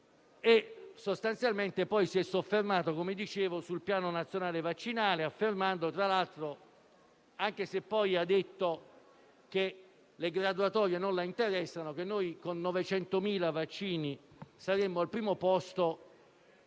Sostanzialmente, poi, ella si è soffermato sul Piano nazionale vaccinale, affermando, tra l'altro - anche se poi ha detto che le graduatorie non le interessano - che, con 800.000 vaccini, siamo al primo posto